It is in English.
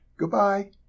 Goodbye